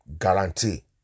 Guarantee